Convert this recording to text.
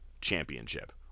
Championship